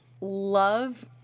love